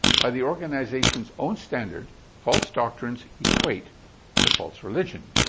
by the organization's own standard, false doctrines equate to false religion.